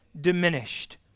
diminished